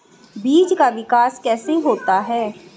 बीज का विकास कैसे होता है?